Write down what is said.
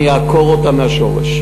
אני אעקור אותן מהשורש,